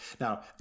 Now